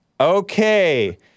Okay